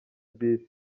bus